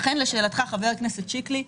לכן לשאלת חבר הכנסת שיקלי,